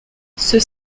ceux